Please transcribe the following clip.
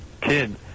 kid